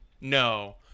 no